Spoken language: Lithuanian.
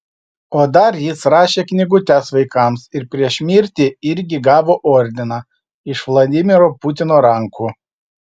o dar jis rašė knygutes vaikams ir prieš mirtį irgi gavo ordiną iš vladimiro putino rankų